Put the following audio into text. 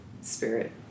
spirit